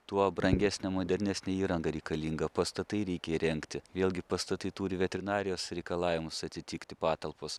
tuo brangesnė modernesnė įranga reikalinga pastatai reikia įrengti vėlgi pastatai turi vetrinarijos reikalavimus atitikti patalpos